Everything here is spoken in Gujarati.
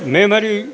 મેં મારી